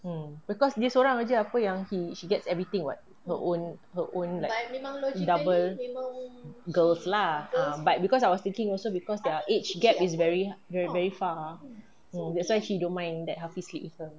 hmm because dia sorang jer apa yang she gets everything [what] her own her own like double girls lah ah but because I was thinking also because their age gap is very very far hmm that's why she don't mind that hafis sleep with her